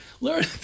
learn